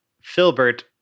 Filbert